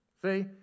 See